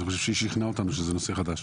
אני חושב שהיא שכנעה אותנו שזה נושא חדש.